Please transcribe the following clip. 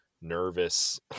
nervous